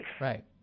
Right